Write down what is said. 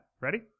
Ready